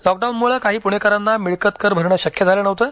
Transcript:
लॉकडाऊनमुळं काही पुणेकरांना मिळकत कर भरणं शक्य झालं नव्हतं